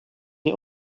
der